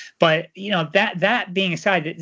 but you know that that being aside,